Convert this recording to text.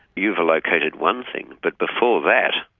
you've located one thing but before that,